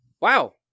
wow